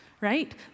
right